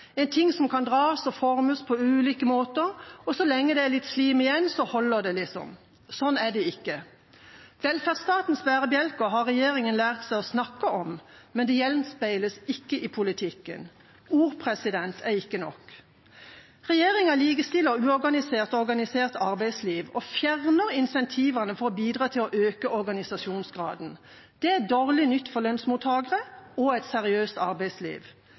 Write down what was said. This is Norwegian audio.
en ting som kan dras og formes på ulike mulige måter, og så lenge det er litt slim igjen, holder det liksom. Slik er det ikke. Velferdsstatens bærebjelker har regjeringen lært seg å snakke om, men det gjenspeiles ikke i politikken. Ord er ikke nok. Regjeringa likestiller uorganisert og organisert arbeidsliv og fjerner incentivene for å bidra til å øke organisasjonsgraden. Det er dårlig nytt for lønnsmottakere og et seriøst arbeidsliv.